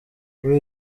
kuri